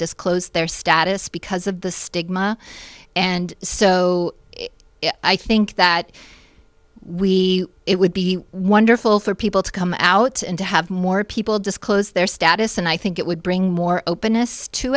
disclose their status because of the stigma and so i think that we it would be wonderful for people to come out and to have more people disclose their status and i think it would bring more openness to